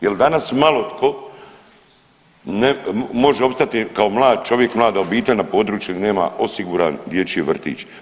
Jel danas malo tko može opstati kao mlad čovjek, mlada obitelj na području gdje nema osiguran dječji vrtić.